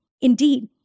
indeed